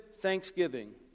thanksgiving